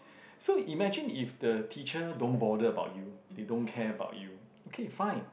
so imagine if the teacher don't bother about you they don't care about you okay fine